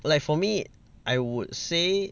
like for me I would say